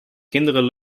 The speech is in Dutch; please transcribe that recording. kinderen